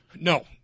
No